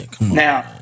now